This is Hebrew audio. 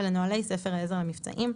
ולנוהלי ספר העזר למבצעים".